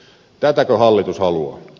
tätäkö hallitus haluaa